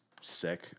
sick